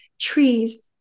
trees